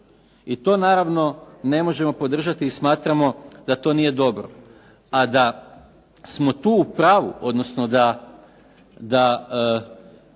I to naravno ne možemo podržati i smatramo da to nije dobro. A da smo tu u pravu odnosno da